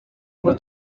ngo